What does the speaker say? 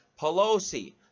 pelosi